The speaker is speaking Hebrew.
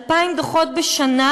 2,000 דוחות בשנה,